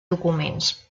documents